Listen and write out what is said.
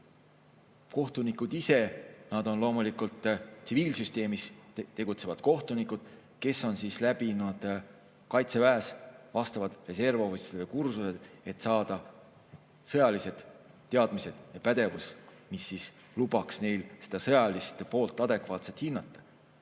kohtunikud ise on tsiviilsüsteemis tegutsevad kohtunikud, kes on läbinud Kaitseväes vastavad reservohvitseride kursused, et saada sõjalised teadmised ja pädevus, mis lubaks neil seda sõjalist poolt adekvaatselt hinnata.